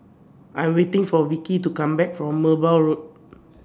I Am waiting For Vickey to Come Back from Merbau Road